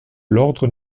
l’ordre